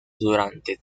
durante